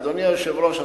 אדוני היושב-ראש,